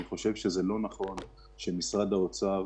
אני חושב שלא נכון שמשרד האוצר,